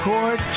Court